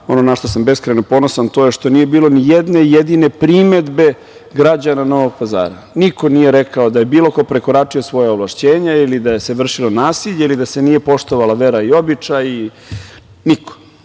Ono na šta sam beskrajno ponosan je to što nije bilo ni jedne jedine primedbe građana Novog Pazara. Niko nije rekao da je bilo ko prekoračio svoje ovlašćenje ili da se vršilo nasilje ili da se nije poštovala vera i običaji. Niko.